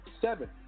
seven